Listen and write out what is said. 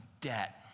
debt